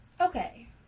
Okay